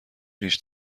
ریش